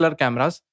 cameras